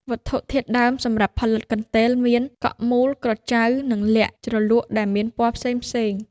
វត្ថុធាតុដើមសំរាប់ផលិតកន្ទេលមាន កក់មូល ក្រចៅ និងល័ខជ្រលក់ដែល មានពណ៌ផ្សេងៗ។